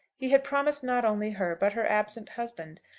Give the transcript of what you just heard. he had promised not only her, but her absent husband,